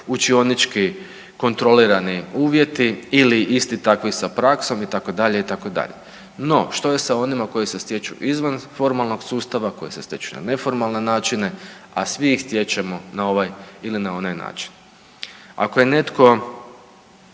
učionički kontrolirani uvjeti ili isti takvi sa praksom itd., itd. No što je sa onima koji se stječu izvan formalnog sustava, koji se stječu na neformalne načine, a svi ih stječemo na ovaj ili na onaj način? Ako je netko,